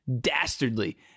dastardly